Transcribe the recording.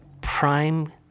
prime